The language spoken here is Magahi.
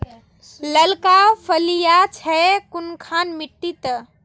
लालका फलिया छै कुनखान मिट्टी त?